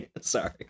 Sorry